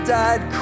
died